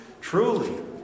Truly